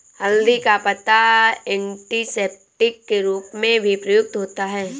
हल्दी का पत्ता एंटीसेप्टिक के रूप में भी प्रयुक्त होता है